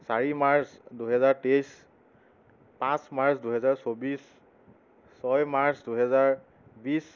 চাৰি মাৰ্চ দুহেজাৰ তেইছ পাঁচ মাৰ্চ দুহেজাৰ চৌবিছ ছয় মাৰ্চ দুহেজাৰ বিছ